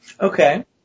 Okay